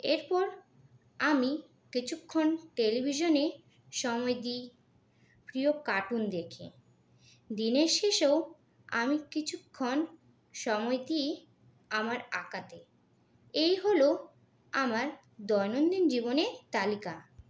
এরপর আমি কিছুক্ষণ টেলিভিশনে সময় দিই প্রিয় কার্টুন দেখি দিনের শেষেও আমি কিছুক্ষণ সময় দিই আমার আঁকাতে এই হল আমার দৈনন্দিন জীবনের তালিকা